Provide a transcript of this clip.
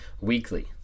weekly